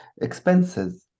expenses